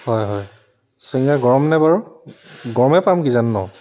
হয় হয় ছিঙৰা গৰম নে বাৰু গৰমে পাম কিজানি ন